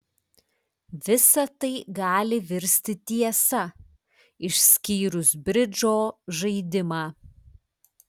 visa tai gali virsti tiesa išskyrus bridžo žaidimą